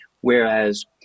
Whereas